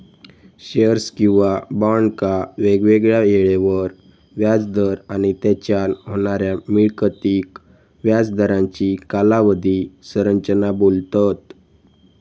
shares किंवा बॉन्डका वेगवेगळ्या येळेवर व्याज दर आणि तेच्यान होणाऱ्या मिळकतीक व्याज दरांची कालावधी संरचना बोलतत